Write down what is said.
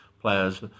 players